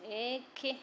एखे